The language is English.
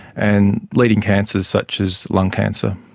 and leading cancers such as lung cancer.